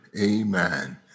amen